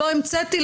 לא המצאתי,